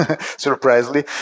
surprisingly